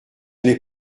n’est